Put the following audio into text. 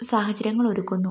സാഹചര്യങ്ങൾ ഒരുക്കുന്നു